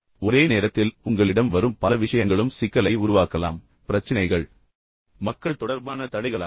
எனவே ஒரே நேரத்தில் உங்களிடம் வரும் பல விஷயங்களும் சிக்கலை உருவாக்கலாம் ஆனால் உண்மையான பிரச்சினைகள் மக்கள் தொடர்பான தடைகளாகும்